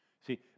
See